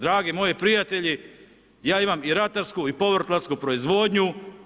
Dragi moji prijatelji, ja imam i ratarsku i povrtlarsku proizvodnju.